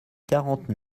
quarante